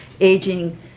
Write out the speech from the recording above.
aging